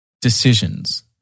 decisions